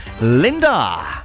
Linda